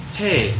hey